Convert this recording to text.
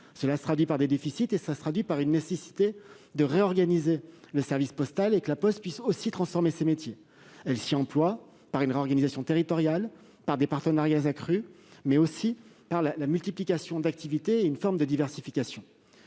Cela se traduit par des déficits et, partant, par la nécessité de réorganiser le service postal et de voir La Poste transformer ses métiers. Celle-ci s'y emploie, au travers d'une réorganisation territoriale, de partenariats accrus, mais aussi par la multiplication d'activités et par une forme de diversification.